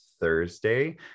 thursday